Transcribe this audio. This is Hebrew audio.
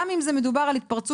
גם אם מדובר על התפרצות,